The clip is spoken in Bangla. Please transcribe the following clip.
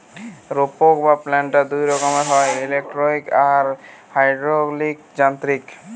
রোপক বা প্ল্যান্টার দুই রকমের হয়, ইলেকট্রিক আর হাইড্রলিক যান্ত্রিক